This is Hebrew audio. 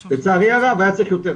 כן, לצערי הרב היה צריך יותר.